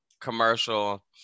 commercial